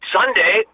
Sunday